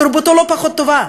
תרבותו לא פחות טובה,